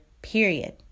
Period